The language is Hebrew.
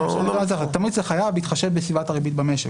תמריץ לחייב בהתחשב בסביבת הריבית במשק,